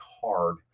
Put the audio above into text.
hard